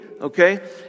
okay